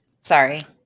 Sorry